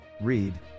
Read